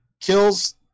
Kills